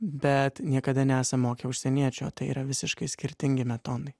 bet niekada nesam mokę užsieniečių tai yra visiškai skirtingi metodai